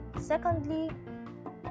secondly